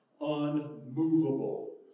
unmovable